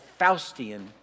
Faustian